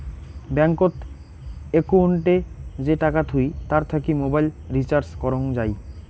ব্যাঙ্কত একউন্টে যে টাকা থুই তার থাকি মোবাইল রিচার্জ করং যাই